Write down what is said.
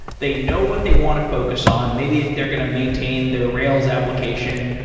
they know what they want to focus on. maybe they're going to maintain their rails application,